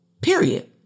period